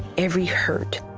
every hurt,